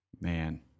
Man